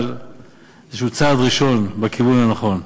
אבל זה איזשהו צעד ראשון בכיוון הנכון,